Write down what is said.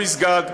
למסגד,